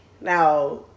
now